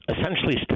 essentially